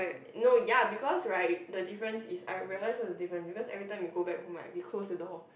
no ya because right the difference is I realize what's the different you guys every time will go back home right we close the door